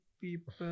people